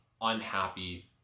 unhappy